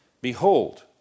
Behold